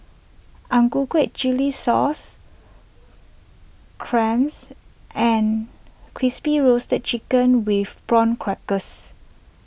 Ang Ku Kueh Chilli Sauce Clams and Crispy Roasted Chicken with Prawn Crackers